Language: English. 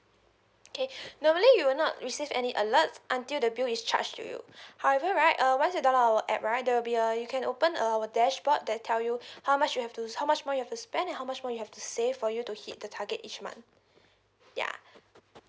okay normally you will not receive any alert until the bill is charged to you however right uh once you download our app right there will be a you can open a our dashboard that tell you how much you have to how much more you have to spend and how much more you have to save for you to hit the target each month